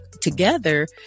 together